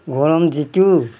গৰম যিটো